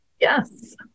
Yes